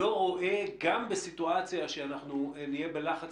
לא רואה גם בסיטואציה שאנחנו נהיה בלחץ